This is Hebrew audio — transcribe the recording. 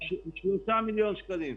3 מיליון שקלים.